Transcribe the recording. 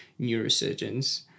neurosurgeons